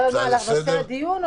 אני באתי לנושא הדיון.